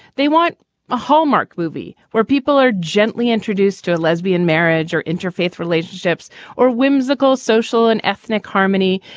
they want a hallmark movie where people are gently introduced to a lesbian marriage or interfaith relationships or whimsical social and ethnic harmony.